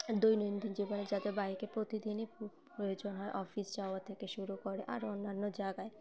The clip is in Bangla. দৈনন্দিন জীবনে যাতে বাইকে প্রতিদিনই প্রয়োজন হয় অফিস যাওয়া থেকে শুরু করে আর অন্যান্য জায়গায়